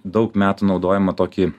daug metų naudojam tokį